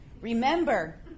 remember